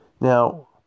Now